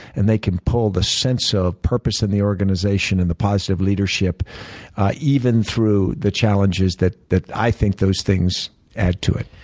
and they can pull the sense of purpose in the organization and the positive leadership even through the challenges that that i think those things add to it.